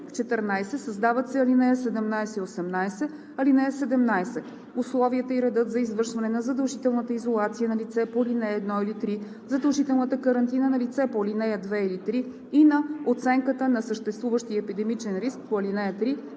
16. 14. Създават се ал. 17 и 18: „(17) Условията и редът за извършване на задължителната изолация на лице по ал. 1 или 3, задължителната карантина на лице по ал. 2 или 3 и на оценката на съществуващия епидемичен риск по ал. 3